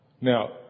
Now